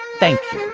thank you